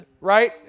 right